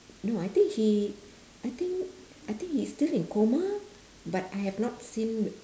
no I think he I think I think he's still in coma but I have not seen